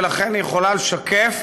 ולכן יכולה לשקף